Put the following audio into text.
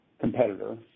competitor